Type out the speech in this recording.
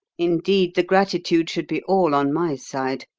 indeed, the gratitude should be all on my side.